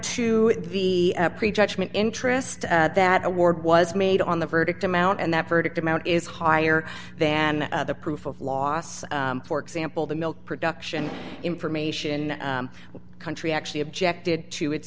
to the pre judgment interest that award was made on the verdict amount and that verdict amount is higher than the proof of loss for example the milk production information country actually objected to its